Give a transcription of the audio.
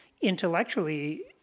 intellectually